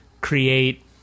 create